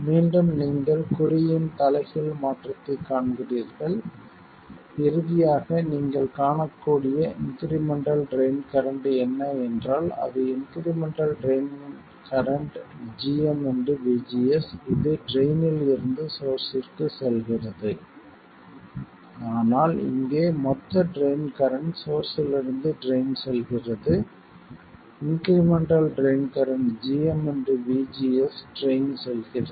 மீண்டும் நீங்கள் குறியின் தலைகீழ் மாற்றத்தைக் காண்கிறீர்கள் இறுதியாக நீங்கள் காணக்கூடிய இன்க்ரிமெண்டல் ட்ரைன் கரண்ட் என்ன என்றால் அது incremental drain current gm vGS இது ட்ரைன்னில் இருந்து சோர்ஸ்ஸிற்கு செல்கிறது ஆனால் இங்கே மொத்த ட்ரைன் கரண்ட் சோர்ஸ்ஸிலிருந்து ட்ரைன் செல்கிறது incremental drain current gm vGS drain செல்கிறது